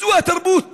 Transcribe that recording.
זו התרבות